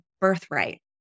birthright